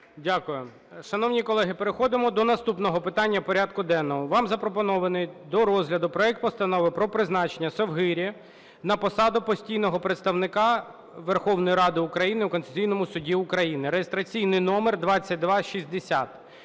Дякую. Шановні колеги, переходимо до наступного питання порядку денного. Вам запропонований до розгляду проект Постанови про призначення Совгирі на посаду постійного представника Верховної Ради України у Конституційному Суді України (реєстраційний номер 2260).